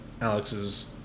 Alex's